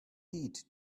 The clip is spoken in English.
heat